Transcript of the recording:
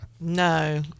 no